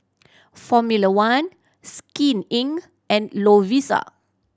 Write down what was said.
Formula One Skin Inc and Lovisa